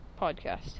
podcast